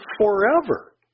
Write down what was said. forever